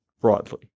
broadly